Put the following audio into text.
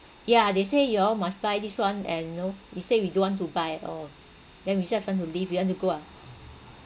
yeah they say you all must buy this one and you know we say we don't want to buy or then we just want to leave we want to go ah